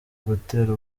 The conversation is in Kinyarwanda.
gutera